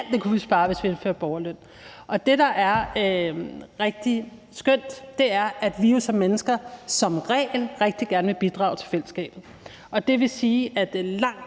kunne vi spare, hvis vi indførte borgerløn. Og det, der er rigtig skønt, er, at vi jo som mennesker som regel rigtig gerne vil bidrage til fællesskabet. Og det vil sige, at langt,